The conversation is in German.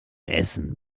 essen